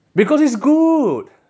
because it's good